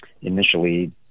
initially